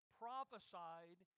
prophesied